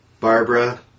Barbara